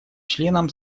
членам